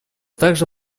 также